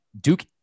Duke